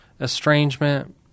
estrangement